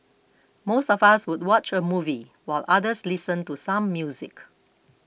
most of us would watch a movie while others listen to some music